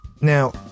Now